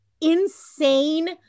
insane